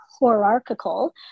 hierarchical